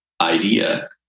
idea